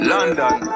London